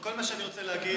כל מה שאני רוצה להגיד,